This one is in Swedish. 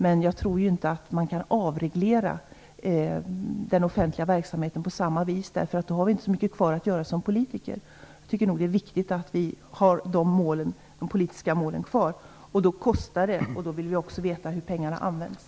Men jag tror inte att man kan avreglera den offentliga verksamheten på samma vis, för då har vi inte så mycket kvar att göra som politiker. Jag tycker att det är viktigt att de politiska målen finns kvar. Det kostar, och då vill vi också veta hur pengarna används.